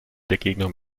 begegnung